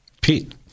Pete